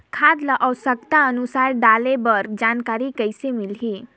खाद ल आवश्यकता अनुसार डाले बर जानकारी कइसे मिलही?